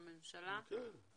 מוסיפים גם מענקים היסטוריים בחוק,